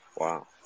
Wow